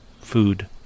food